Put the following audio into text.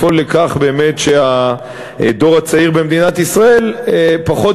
לפעול לכך שהדור הצעיר במדינת ישראל פחות